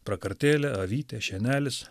prakartėlė avytė šienelis